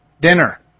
dinner